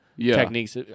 techniques